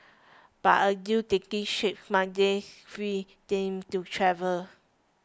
but a deal taking shape Monday freed him to travel